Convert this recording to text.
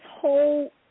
whole